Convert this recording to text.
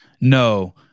No